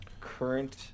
current